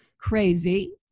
crazy